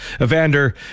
Evander